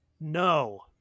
no